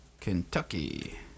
Kentucky